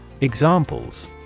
Examples